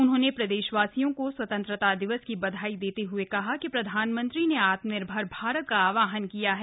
उन्होंने प्रदेशवासियों को स्वतंत्रता दिवस की बधाई देते हए कहा कि प्रधानमंत्री ने आत्मनिर्भर भारत का आहवाहन किया है